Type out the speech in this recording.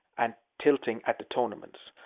and tilting at tournaments.